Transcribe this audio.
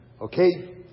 Okay